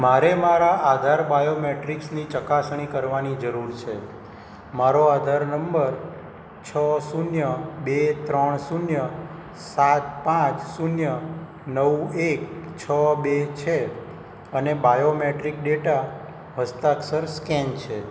મારે મારા આધાર બાયોમેટ્રિક્સની ચકાસણી કરવાની જરૂર છે મારો આધાર નંબર છ શૂન્ય બે ત્રણ શૂન્ય સાત પાંચ શૂન્ય નવ એક છ બે છે અને બાયોમેટ્રિક ડેટા હસ્તાક્ષર સ્કેન છે